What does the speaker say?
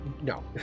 no